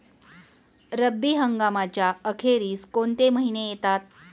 रब्बी हंगामाच्या अखेरीस कोणते महिने येतात?